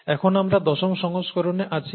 এখন আমরা দশম সংস্করণে আছি